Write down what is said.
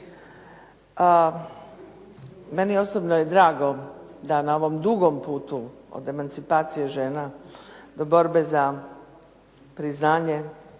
Meni osobno je drago da na ovom dugom putu od emancipacije žena do borbe za priznanje